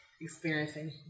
experiencing